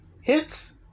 hits